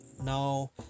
now